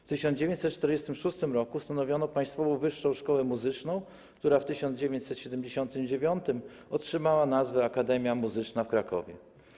W 1946 r. ustanowiono Państwową Wyższą Szkołę Muzyczną, która w 1979 r. otrzymała nazwę: Akademia Muzyczna w Krakowie.